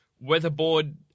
Weatherboard